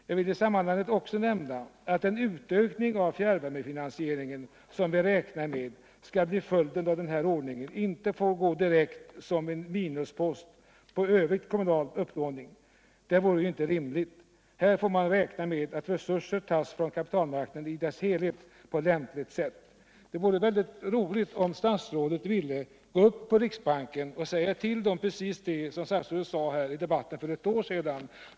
Jag vill i sammanhanget också nämna, att den utökning av fjärrvärmefinansieringen som vi räknar med skall bli följden av den här ordningen inte får gå direkt som en minuspost på övrig kommunal upplåning. Det vore ju inte rimligt. Här får man räkna med att resurserna tas från kapitalmarknaden i dess helhet på lämpligt sätt.” Det vore roligt om statsrådet ville gå upp på riksbanken och säga till dem som där handlägger dessa ärenden precis det som statsrådet sade i debatten här i kammaren för ett år sedan.